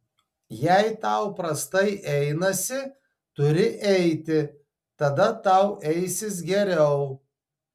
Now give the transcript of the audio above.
jei tau prastai einasi turi eiti tada tau eisis geriau